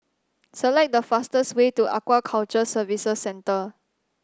select the fastest way to Aquaculture Services Centre